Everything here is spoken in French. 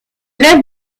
rêve